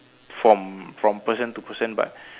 from from person to person but